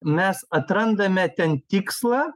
mes atrandame ten tikslą